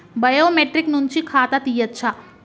Biometric నుంచి ఖాతా తీయచ్చా?